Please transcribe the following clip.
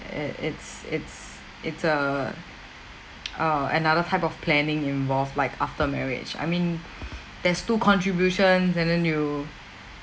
it it's it's it's a err another type of planning involved like after marriage I mean there's two contributions and then you